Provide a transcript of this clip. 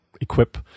equip